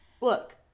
Look